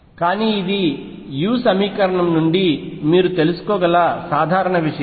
కానీ ఇది u సమీకరణం నుండి మీరు తెలుసుకోగల సాధారణ విషయం